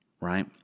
right